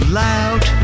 loud